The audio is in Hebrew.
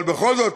אבל בכל זאת,